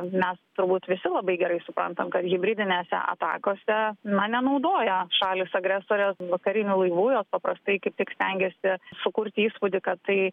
mes turbūt visi labai gerai suprantam kad hibridinėse atakose na nenaudoja šalys agresorės karinių laivų jos paprastai kaip tik stengiasi sukurti įspūdį kad tai